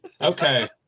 Okay